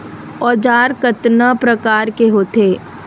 औजार कतना प्रकार के होथे?